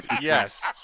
Yes